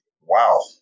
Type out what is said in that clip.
wow